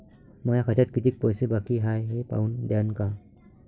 माया खात्यात कितीक पैसे बाकी हाय हे पाहून द्यान का?